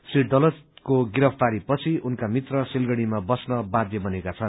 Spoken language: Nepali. श्री डलचको गिरफ्तारी पछि उनका मित्र सिलगढ़ीमा बस्न बाध्य बनेका छन्